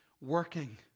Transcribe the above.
working